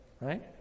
right